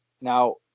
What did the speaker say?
now